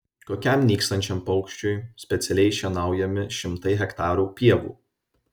kokiam nykstančiam paukščiui specialiai šienaujami šimtai hektarų pievų